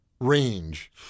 range